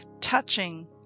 touching